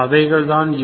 அவைகள்தான் இவை